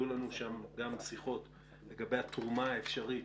היו לנו שם גם שיחות לגבי התרומה האפשרית